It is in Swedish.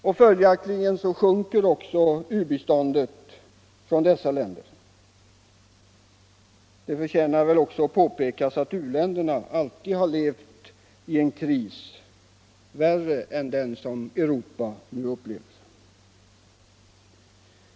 U-landsbiståndet från västländerna sjunker också för närvarande. Det förtjänar väl att påpekas att u-länderna alltid har levt i en kris som är värre än den som Västeuropa nu upplever.